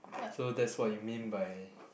so that's what you mean by